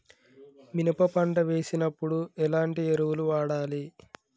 మినప పంట వేసినప్పుడు ఎలాంటి ఎరువులు వాడాలి?